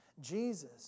Jesus